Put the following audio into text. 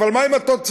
אבל מה עם התוצאות?